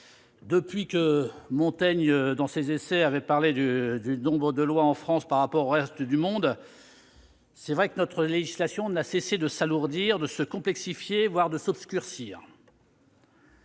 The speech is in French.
depuis que Montaigne, dans ses, avait parlé du nombre de lois en France par rapport au reste du monde, notre législation n'a, c'est vrai, cessé de s'alourdir, de se complexifier, voire de s'obscurcir.